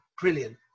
brilliant